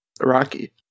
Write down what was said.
Rocky